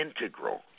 integral